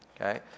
Okay